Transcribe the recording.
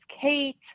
Kate